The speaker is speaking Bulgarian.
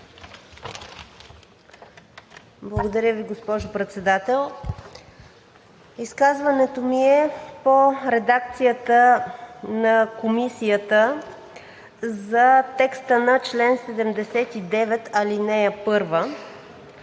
Благодаря Ви, госпожо Председател. Изказването ми е по редакцията на Комисията за текста на чл. 79, ал. 1.